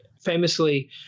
famously